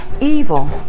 evil